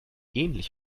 ähnlich